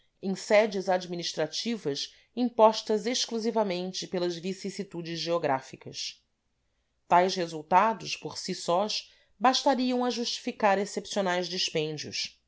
em sedes administrativas impostas exclusivamente pelas vicissitudes geográficas tais resultados por si sós bastariam a justificar excepcionais dispêndios